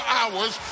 hours